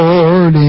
Lord